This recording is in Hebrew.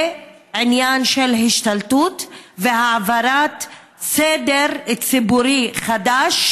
זה עניין של השתלטות והעברת סדר ציבורי חדש,